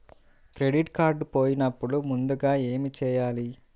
Credit card పోయినపుడు ముందుగా ఏమి చేయాలి?